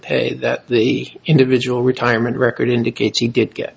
pay that the individual retirement record indicates he did get